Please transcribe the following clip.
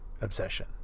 obsession